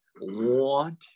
want